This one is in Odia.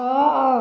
ଛଅ